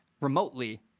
remotely